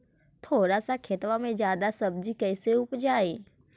थोड़ा सा खेतबा में जादा सब्ज़ी कैसे उपजाई?